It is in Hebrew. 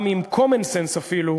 עם עִם common sense אפילו,